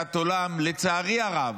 כתפיסת עולם, לצערי הרב,